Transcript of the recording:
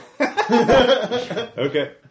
Okay